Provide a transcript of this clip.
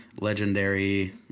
legendary